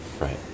Right